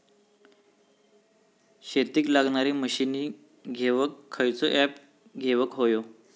शेतीक लागणारे मशीनी घेवक खयचो ऍप घेवक होयो?